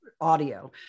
audio